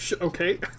Okay